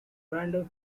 random